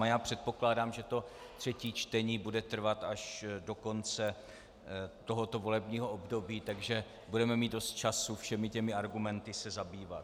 A já předpokládám, že to třetí čtení bude trvat až do konce tohoto volebního období, takže budeme mít dost času se všemi těmi argumenty zabývat.